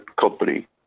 company